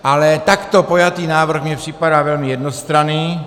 Ale takto pojatý návrh mi připadá velmi jednostranný.